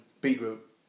beetroot